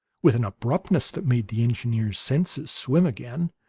with an abruptness that made the engineer's senses swim again,